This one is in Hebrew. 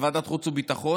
בוועדת החוץ והביטחון,